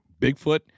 Bigfoot